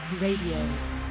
Radio